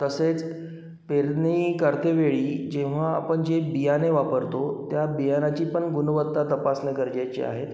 तसेच पेरणी करतेवेळी जेव्हा आपण जे बियाणे वापरतो त्या बियाणाची पण गुणवत्ता तपासणं गरजेचे आहे